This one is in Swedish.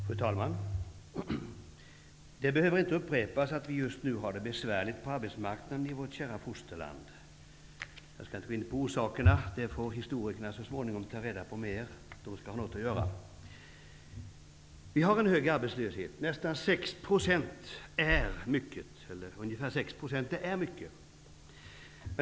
Fru talman! Det behöver inte upprepas att vi just nu har det besvärligt på arbetsmarknaden i vårt kära fosterland. Jag skall inte närmare gå in på orsakerna, utan dem får historikerna så småningom närmare ta reda på. De skall ju också ha något att göra. Vi har en hög arbetslöshet. Ungefär 6 % är mycket.